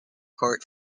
court